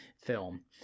film